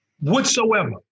Whatsoever